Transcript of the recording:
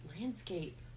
landscape